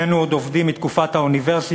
שנינו עוד עובדים מתקופת האוניברסיטה,